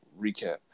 recap